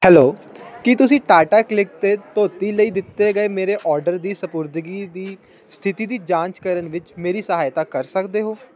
hello ਕੀ ਤੁਸੀਂ Tata CLiQ 'ਤੇ ਧੋਤੀ ਲਈ ਦਿੱਤੇ ਗਏ ਮੇਰੇ ਆਰਡਰ ਦੀ ਸਪੁਰਦਗੀ ਦੀ ਸਥਿਤੀ ਦੀ ਜਾਂਚ ਕਰਨ ਵਿੱਚ ਮੇਰੀ ਸਹਾਇਤਾ ਕਰ ਸਕਦੇ ਹੋ